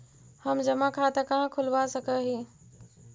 हम जमा खाता कहाँ खुलवा सक ही?